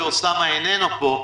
מכיוון שאוסאמה איננו פה.